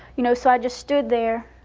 you know? so i just stood there,